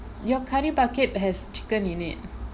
your curry bucket has chicken in it